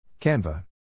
Canva